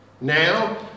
Now